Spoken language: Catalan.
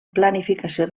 planificació